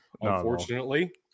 unfortunately